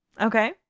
Okay